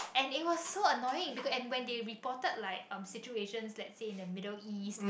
and it was so annoying beacau~ and when they reported like um situations lets say in the Middle East